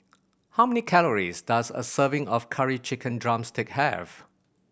how many calories does a serving of Curry Chicken drumstick have